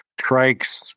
trikes